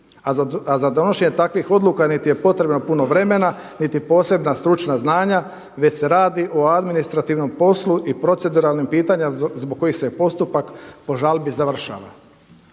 A za donošenje takvih odluka niti je potrebno puno vremena, niti posebna stručna znanja već se radi o administrativnom poslu i proceduralnim pitanjem zbog kojih se postupak po žalbi završava.